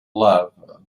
love